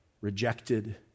rejected